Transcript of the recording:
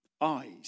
Eyes